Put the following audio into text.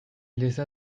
laissa